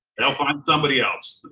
they'll find somebody else.